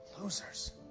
Losers